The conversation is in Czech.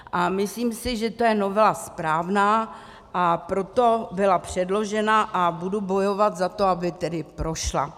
A myslím si, že to je novela správná, a proto byla předložena, a budu bojovat za to, aby tedy prošla.